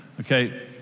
Okay